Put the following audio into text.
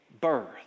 birth